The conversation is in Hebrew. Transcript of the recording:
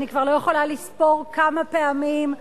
אני כבר לא יכולה לספור כמה פעמים,